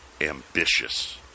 ambitious